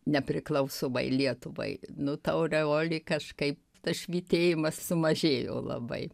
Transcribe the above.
nepriklausomai lietuvai nu ta aureolė kažkaip tas švytėjimas sumažėjo labai